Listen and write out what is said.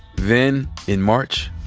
then, in march,